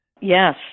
Yes